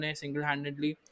single-handedly